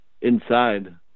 Inside